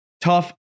tough